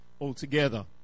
altogether